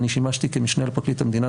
אני שימשתי כמשנה לפרקליט המדינה